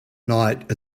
night